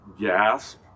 Gasp